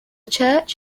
church